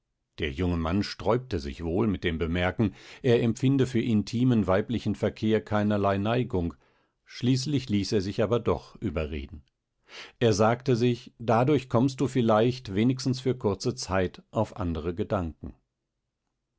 der junge mann sträubte sich wohl mit dem bemerken er empfinde für intimen weiblichen verkehr keinerlei neigung schließlich ließ er sich aber doch überreden er sagte sich dadurch kommst du vielleicht wenigstens für kurze zeit auf andere gedanken